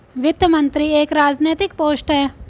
वित्त मंत्री एक राजनैतिक पोस्ट है